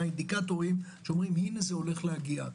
האינדיקטורים שאומרים: הנה זה הולך להגיע,